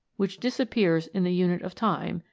which disappears in the unit of time,